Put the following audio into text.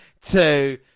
two